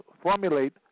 formulate